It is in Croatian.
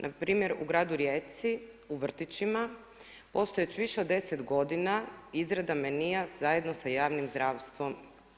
Npr. u gradu Rijeci u vrtićima postoje već više od 10 godina izrada menue zajedno sa javnim zdravstvom.